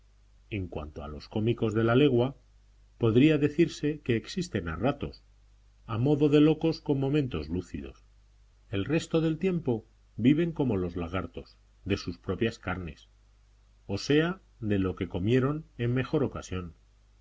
en cuanto a los cómicos de la legua podría decirse que existen a ratos a modo de locos con momentos lúcidos el resto del tiempo viven como los lagartos de sus propias carnes o sea de lo que comieron en mejor ocasión